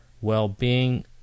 well-being